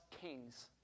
kings